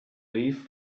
leave